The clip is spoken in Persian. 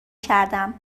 کردم